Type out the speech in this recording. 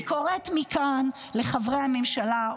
אני קוראת מכאן לחברי הממשלה,